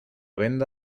venda